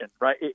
right